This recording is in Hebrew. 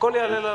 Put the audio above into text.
שהכול יעלה.